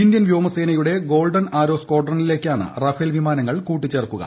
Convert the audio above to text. Indian വ്യോമസേനയുടെ golden arrows സ്കാഡ്രോനിലേക്കാണ് Rafale വിമാനങ്ങൾ കൂട്ടിച്ചേർക്കുക